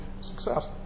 success